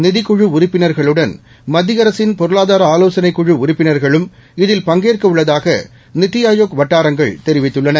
நிதிக்குழு உறுப்பினர்களுடன் ஆலோசனைக்குழு உறுப்பினர்களும் இதில் பங்கேற்க உள்ளதாக நித்தி ஆயோக் வட்டாரங்கள் தெரிவித்துள்ளன